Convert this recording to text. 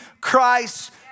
Christ